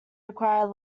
require